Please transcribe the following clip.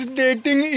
dating